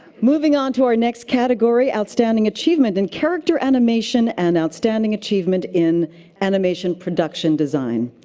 moving on to our next category, outstanding achievement in character animation and outstanding achievement in animation production design.